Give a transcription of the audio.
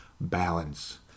Balance